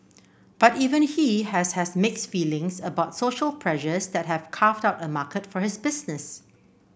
but even he has has mixed feelings about social pressures that have carved out a market for his business